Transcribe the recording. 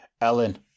Ellen